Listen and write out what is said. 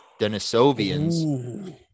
Denisovians